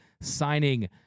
signing